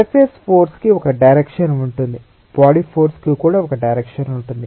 surface force కి ఒక direction ఉంటుంది బాడీఫోర్స్ కి కూడా ఒక డైరెక్షన్ ఉంటుంది